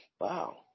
Wow